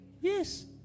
Yes